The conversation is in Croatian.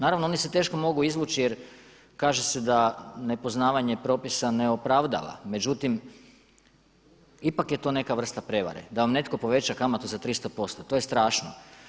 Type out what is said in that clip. Naravno oni se teško mogu izvući jer kaže se da nepoznavanje propisa ne opravdava međutim ipak je to neka vrsta prijevare, da vam netko poveća kamatu za 300%, to je strašno.